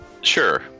Sure